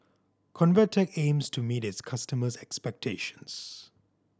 Convatec aims to meet its customers' expectations